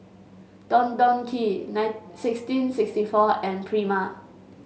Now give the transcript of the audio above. Don Don Donki nine sixteen sixty four and Prima